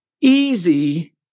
Easy